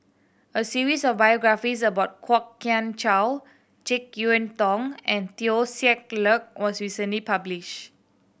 a series of biographies about Kwok Kian Chow Jek Yeun Thong and Teo Ser Luck was recently publish